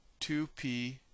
2p